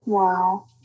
Wow